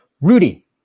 Rudy